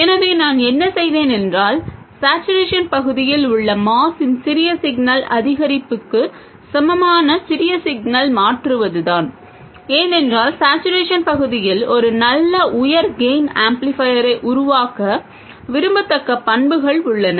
எனவே நான் என்ன செய்தேன் என்றால் சேட்சுரேஷன் பகுதியில் உள்ள MOS இன் சிறிய சிக்னல் அதிகரிப்புக்குச் சமமான சிறிய சிக்னலை மாற்றுவதுதான் ஏனென்றால் சேட்சுரேஷன் பகுதியில் ஒரு நல்ல உயர் கெய்ன் ஆம்ப்ளிஃபையரை உருவாக்க விரும்பத்தக்க பண்புகள் உள்ளன